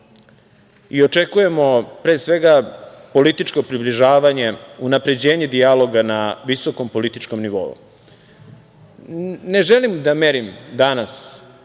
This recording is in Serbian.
i očekujemo pre svega političko približavanje, unapređenje dijaloga na visokom političkom nivou. Ne želim da merim danas